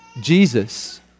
Jesus